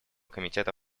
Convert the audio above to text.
комитета